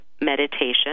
meditation